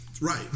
Right